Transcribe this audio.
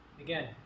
again